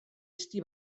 ezti